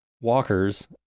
walkers